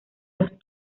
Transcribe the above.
los